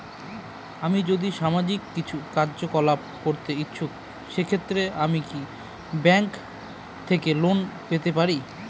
আমি যদি সামাজিক কিছু কার্যকলাপ করতে ইচ্ছুক সেক্ষেত্রে আমি কি ব্যাংক থেকে লোন পেতে পারি?